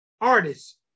artists